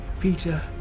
Peter